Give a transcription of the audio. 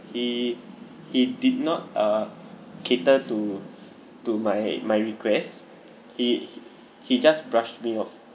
he he did not uh cater to to my my requests he he he just brushed me off